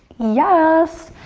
yes!